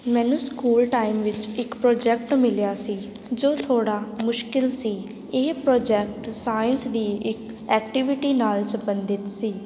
ਮੈਨੂੰ school time ਵਿੱਚ ਇੱਕ ਪ੍ਰੋਜੈਕਟ ਮਿਲਿਆ ਸੀ ਜੋ ਥੋੜ੍ਹਾ ਮੁਸ਼ਕਲ ਸੀ ਇਹ ਪ੍ਰੋਜੈਕਟ ਸਾਇੰਸ ਦੀ ਇੱਕ ਐਕਟੀਵਿਟੀ ਨਾਲ ਸੰਬੰਧਿਤ ਸੀ